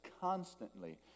constantly